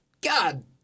God